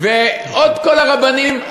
ועוד כל הרבנים,